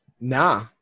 Nah